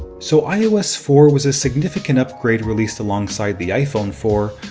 so ios four was a significant upgrade released alongside the iphone four,